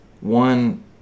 one